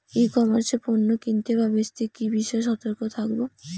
ই commerce এ পণ্য কিনতে বা বেচতে কি বিষয়ে সতর্ক থাকব?